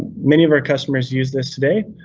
many of our customers use this today.